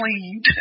cleaned